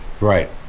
right